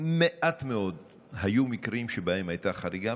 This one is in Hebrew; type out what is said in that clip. היו מעט מאוד מקרים שבהם הייתה חריגה.